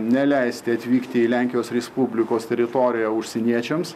neleisti atvykti į lenkijos respublikos teritoriją užsieniečiams